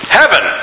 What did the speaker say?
heaven